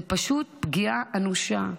זו פשוט פגיעה אנושה.